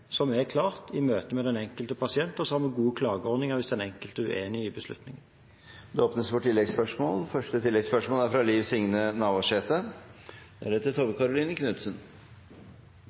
som er klart, i møte med den enkelte pasient. Og så har vi gode klageordninger hvis den enkelte er uenig i beslutningen. Det blir gitt anledning til oppfølgingsspørsmål – først Liv Signe Navarsete.